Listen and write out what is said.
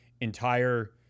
entire